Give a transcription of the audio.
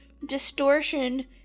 Distortion